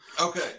Okay